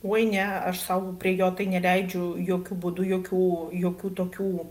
oi ne aš sau prie jo tai neleidžiu jokiu būdu jokių jokių tokių